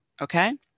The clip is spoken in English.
Okay